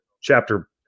chapter